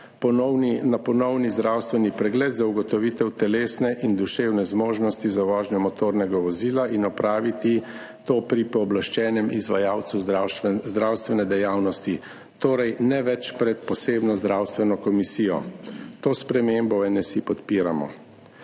na ponovni zdravstveni pregled za ugotovitev telesne in duševne zmožnosti za vožnjo motornega vozila in to opraviti pri pooblaščenem izvajalcu zdravstvene dejavnosti, torej ne več pred posebno zdravstveno komisijo. To spremembo v NSi podpiramo.